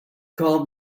call